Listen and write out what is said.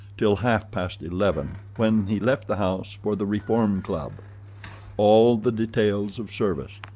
till half-past eleven, when he left the house for the reform club all the details of service,